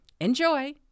Enjoy